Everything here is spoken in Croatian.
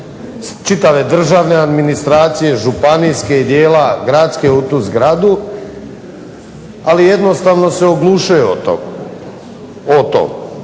čitave državne administracije, županijske i dijela gradske u tu zgradu, ali jednostavno se oglušuju o to.